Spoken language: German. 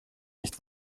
nicht